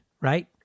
right